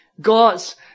God's